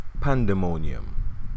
Pandemonium